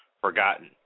forgotten